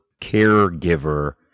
caregiver